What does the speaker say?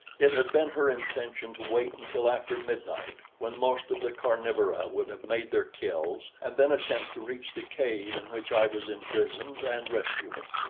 it had been her intention to wait until after midnight, when most of the carnivora would have made their kills, and then attempt to reach the cave in which i was imprisoned and rescue me.